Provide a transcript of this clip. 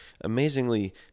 amazingly